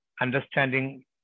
understanding